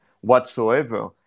whatsoever